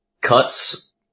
cuts